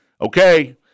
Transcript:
okay